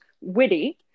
witty